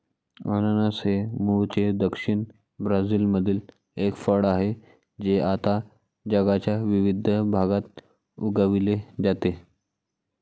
अननस हे मूळचे दक्षिण ब्राझीलमधील एक फळ आहे जे आता जगाच्या विविध भागात उगविले जाते